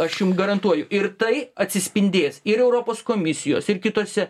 aš jum garantuoju ir tai atsispindės ir europos komisijos ir kituose